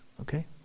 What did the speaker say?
okay